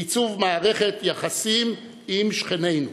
בעיצוב מערכת יחסים עם שכנינו.